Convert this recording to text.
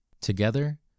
Together